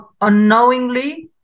unknowingly